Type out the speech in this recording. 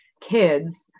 kids